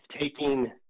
taking